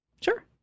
Sure